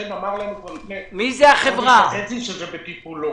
אמר לנו כבר לפני חודש וחצי שזה בטיפולו.